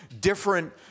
different